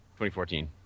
2014